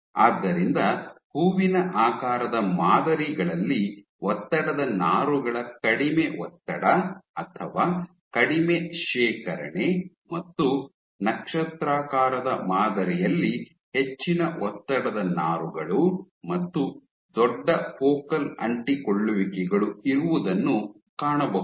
ಆದ್ದರಿಂದ ಹೂವಿನ ಆಕಾರದ ಮಾದರಿಗಳಲ್ಲಿ ಒತ್ತಡದ ನಾರುಗಳ ಕಡಿಮೆ ಒತ್ತಡ ಅಥವಾ ಕಡಿಮೆ ಶೇಖರಣೆ ಮತ್ತು ನಕ್ಷತ್ರಾಕಾರದ ಮಾದರಿಯಲ್ಲಿ ಹೆಚ್ಚಿನ ಒತ್ತಡದ ನಾರುಗಳು ಮತ್ತು ದೊಡ್ಡ ಫೋಕಲ್ ಅಂಟಿಕೊಳ್ಳುವಿಕೆಗಳು ಇರುವುದನ್ನು ಕಾಣಬಹುದು